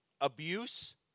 abuse